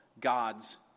God's